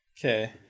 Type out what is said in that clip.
Okay